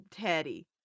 teddy